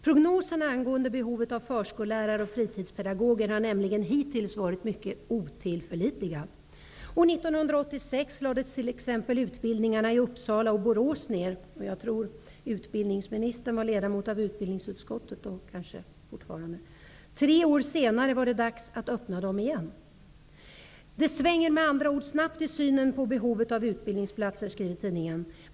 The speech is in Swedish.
Prognoserna angående behovet av förskollärare och fritidspedagoger har nämligen hittills varit mycket otillförlitliga. År 1986 lades till exempel utbildningarna i Uppsala och Borås ner. ''Jag tror att utbildningsministern då kanske fortfarande var ledamot av utbildningsutskottet. ''Tre år senare var det dags att öppna dem igen. Det svänger med andra ord snabbt i synen på behovet av utbildningsplatser.